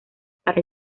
para